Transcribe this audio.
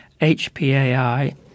HPAI